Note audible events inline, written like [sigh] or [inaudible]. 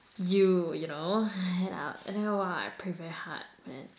you you know [noise] then I !wah! I pray very hard man